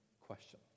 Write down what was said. question